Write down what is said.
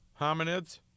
Hominids